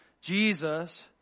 Jesus